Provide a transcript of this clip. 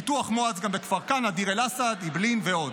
פיתוח מואץ גם בכפר כנא, דיר אל-אסד, אעבלין ועוד.